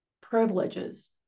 privileges